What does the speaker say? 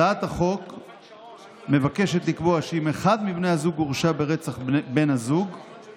הצעת החוק מבקשת לקבוע שאם אחד מבני הזוג הורשע ברצח בן זוגו,